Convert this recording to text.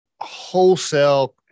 wholesale